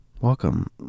welcome